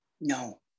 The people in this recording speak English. no